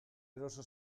eroso